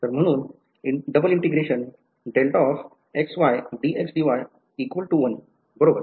तरम्हणून बरोबर